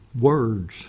words